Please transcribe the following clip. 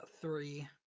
three